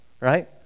right